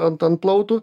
ant ant plautų